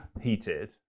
heated